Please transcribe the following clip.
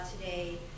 today